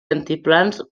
altiplans